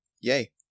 Yay